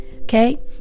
Okay